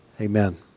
Amen